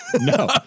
no